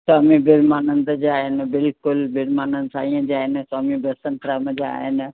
स्वामी बिरमानंद जा आहिनि बिल्कुलु बिरमानंद साईंअ जा आहिनि स्वामी बसंत राम जा आहिनि